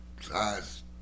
size